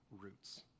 roots